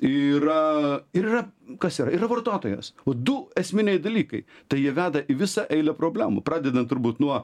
yra ir yra kas yra yra vartotojas du esminiai dalykai tai jie veda į visą eilę problemų pradedant turbūt nuo